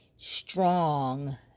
strong